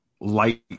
light